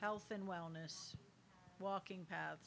health and wellness walking path